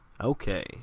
Okay